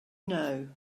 know